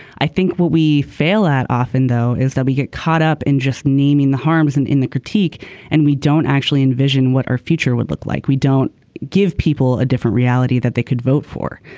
i think what we fail at often though is that we get caught up in just naming the harms and in the critique and we don't actually envision what our future would look like we don't give people a different reality that they could vote for.